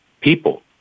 people